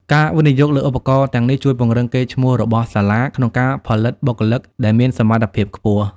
ការវិនិយោគលើឧបករណ៍ទាំងនេះជួយពង្រឹងកេរ្តិ៍ឈ្មោះរបស់សាលា ក្នុងការផលិតបុគ្គលិកដែលមានសមត្ថភាពខ្ពស់។